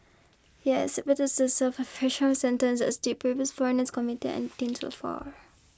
he is expected so serve a fraction sentence as did previous foreigners convicted detained far